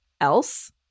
else